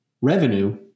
revenue